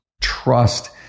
trust